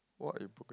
what a book